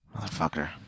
motherfucker